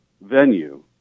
venue